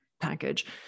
package